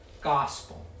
Gospel